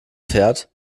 fährt